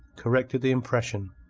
corrected the impression.